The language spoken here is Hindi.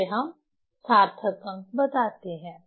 उसे हम सार्थक अंक बताते हैं